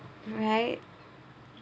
right